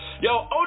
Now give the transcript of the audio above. Yo